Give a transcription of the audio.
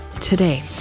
today